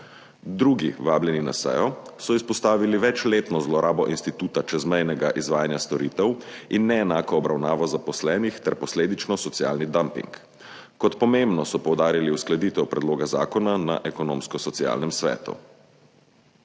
Drugi vabljeni na sejo so izpostavili večletno zlorabo instituta čezmejnega izvajanja storitev in neenako obravnavo zaposlenih ter posledično socialni dumping. Kot pomembno so poudarili uskladitev predloga zakona na Ekonomsko-socialnem svetu.